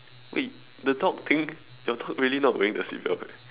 wait the dog thing your dog really not wearing the seat belt right